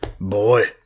Boy